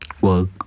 work